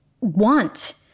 want